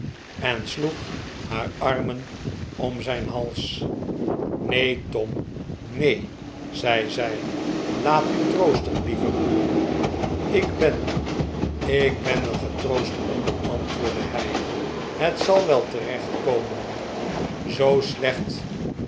en zuster sloeg haar armen om zijn hals r neen tom neen zei zij laat u troosten lieve broer ik ben ik ben er getroost onder antwoordde hij het zal wel terechtkomen zoo slecht